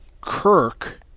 Kirk